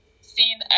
seen